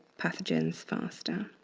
pathogens faster.